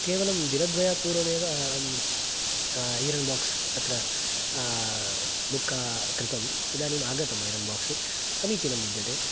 केवलं दिनद्वयात् पूर्वमेव ऐरन् बाक्स् अत्र बुक्का कृतम् इदानीम् आगतम् ऐरन् बाक्स् समीचीनं विद्यते